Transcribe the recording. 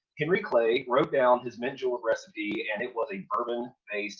henry clay wrote down his mint julep recipe and it was a bourbon-based